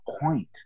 point